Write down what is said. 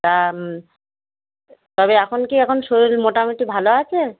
তা তবে এখন কি এখন শরীর মোটামুটি ভালো আছে